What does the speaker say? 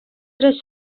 tres